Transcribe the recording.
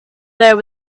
there